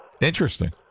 Interesting